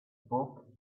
book